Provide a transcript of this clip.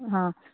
हां